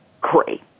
great